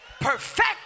Perfect